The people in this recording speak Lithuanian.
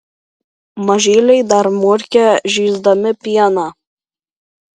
mažyliai dar murkia žįsdami pieną